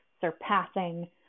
surpassing